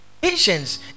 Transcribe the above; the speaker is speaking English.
patience